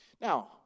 Now